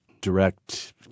direct